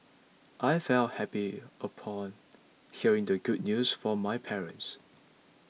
I felt happy upon hearing the good news from my parents